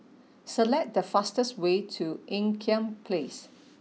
select the fastest way to Ean Kiam Place